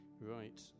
Right